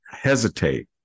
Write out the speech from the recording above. hesitate